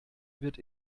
wird